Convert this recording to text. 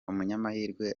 umunyamahirwe